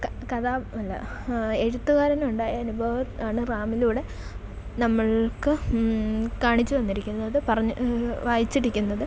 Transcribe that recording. ക കഥ അല്ല എഴുത്തുകാരനുണ്ടായനുഭവം ആണ് റാമിലൂടെ നമ്മൾക്ക് കാണിച്ചു തന്നിരിക്കുന്നതു പറഞ്ഞ് വായിച്ചിരിക്കുന്നത്